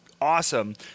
awesome